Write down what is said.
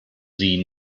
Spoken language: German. sie